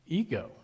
ego